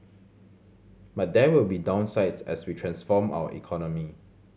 but there will be downsides as we transform our economy